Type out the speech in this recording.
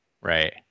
right